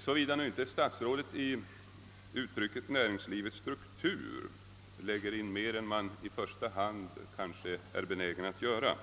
såvida inte statsrådet i uttrycket »näringslivets struktur» lägger in mer än man i första hand är benägen att göra.